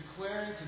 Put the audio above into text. declaring